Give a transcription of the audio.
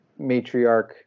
matriarch